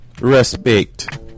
Respect